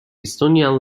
estonian